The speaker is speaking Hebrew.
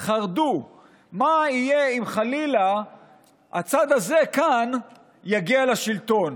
חרדו מה יהיה אם חלילה הצד הזה כאן יגיע לשלטון.